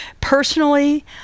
Personally